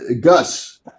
Gus